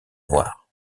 noire